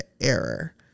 error